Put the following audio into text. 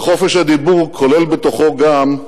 וחופש הדיבור כולל בתוכו גם,